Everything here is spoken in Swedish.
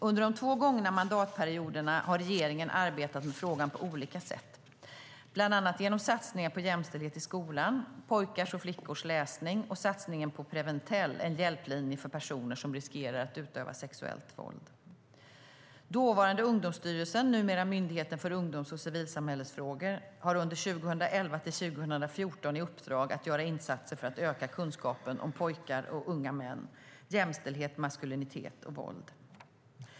Under de två gångna mandatperioderna har regeringen arbetat med frågan på olika sätt, bland annat genom satsningar på jämställdhet i skolan, pojkars och flickors läsning och satsningen på Preventell, en hjälplinje för personer som riskerar att utöva sexuellt våld. Dåvarande Ungdomsstyrelsen, numera Myndigheten för ungdoms och civilsamhällesfrågor, har under 2011-2014 i uppdrag att göra insatser för att öka kunskapen om pojkar och unga män, jämställdhet, maskulinitet och våld.